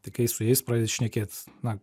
tai kai su jais pradedi šnekėt na